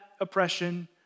oppression